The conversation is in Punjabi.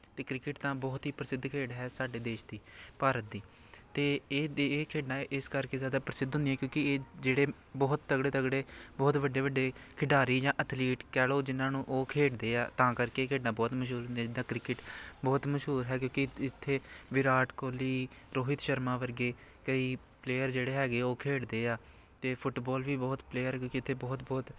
ਅਤੇ ਕ੍ਰਿਕਟ ਤਾਂ ਬਹੁਤ ਹੀ ਪ੍ਰਸਿੱਧ ਖੇਡ ਹੈ ਸਾਡੇ ਦੇਸ਼ ਦੀ ਭਾਰਤ ਦੀ ਅਤੇ ਇਹਦੇ ਇਹ ਖੇਡਾਂ ਇਸ ਕਰਕੇ ਜ਼ਿਆਦਾ ਪ੍ਰਸਿੱਧ ਹੁੰਦੀਆਂ ਕਿਉਂਕਿ ਇਹ ਜਿਹੜੇ ਬਹੁਤ ਤਗੜੇ ਤਗੜੇ ਬਹੁਤ ਵੱਡੇ ਵੱਡੇ ਖਿਡਾਰੀ ਜਾਂ ਅਥਲੀਟ ਕਹਿ ਲਉ ਜਿਨ੍ਹਾਂ ਨੂੰ ਉਹ ਖੇਡਦੇ ਆ ਤਾਂ ਕਰਕੇ ਖੇਡਾਂ ਬਹੁਤ ਮਸ਼ਹੂਰ ਹੁੰਦੀਆਂ ਜਿੱਦਾਂ ਕ੍ਰਿਕਟ ਬਹੁਤ ਮਸ਼ਹੂਰ ਹੈ ਕਿਉਂਕਿ ਇੱਥੇ ਵਿਰਾਟ ਕੋਹਲੀ ਰੋਹਿਤ ਸ਼ਰਮਾ ਵਰਗੇ ਕਈ ਪਲੇਅਰ ਜਿਹੜੇ ਹੈਗੇ ਉਹ ਖੇਡਦੇ ਆ ਅਤੇ ਫੁੱਟਬਾਲ ਵੀ ਬਹੁਤ ਪਲੇਅਰ ਕਿਉਂਕਿ ਇੱਥੇ ਬਹੁਤ ਬਹੁਤ